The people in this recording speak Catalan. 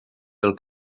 del